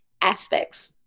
aspects